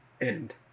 end